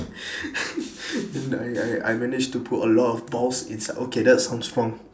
then I I I managed to put a lot of balls inside okay that sounds wrong